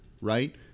right